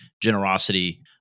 generosity